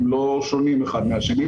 הם לא שונים אחד מהשני.